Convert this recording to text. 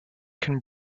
can